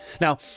Now